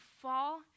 fall